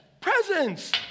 presents